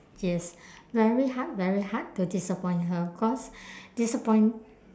yes very hard very hard to disappoint her cause disappoint